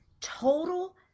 total